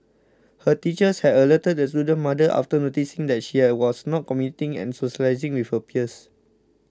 her teachers had alerted the student's mother after noticing that she I was not communicating and socialising with her peers